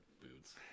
boots